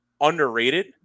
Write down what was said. underrated